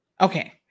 okay